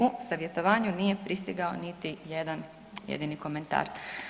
U savjetovanju nije pristigao niti jedan jedini komentar.